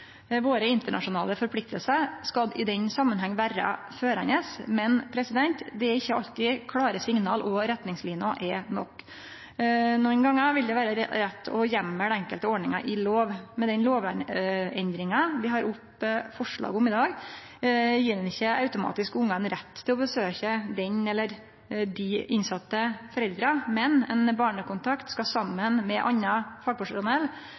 skal våre internasjonale forpliktingar vere førande, men det er ikkje alltid klare signal og retningsliner er nok. Nokre gonger vil det vere rett å heimle enkelte ordningar i lov. Med det forslaget til lovendring vi har oppe i dag, gjev ein ikkje ungane automatisk rett til å besøkje dei innsette foreldra, men ein barnekontakt skal vurdere, saman med anna fagpersonell,